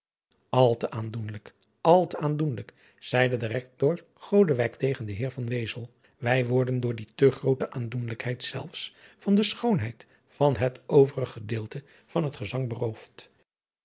al te aandoenlijk al te aandoenlijk zeide de rector godewijk tegen den heer van wezel wij worden door die te groote aandoenlijkheid zelss van de schoonheid van het overig gedeelte van het gezang beroofd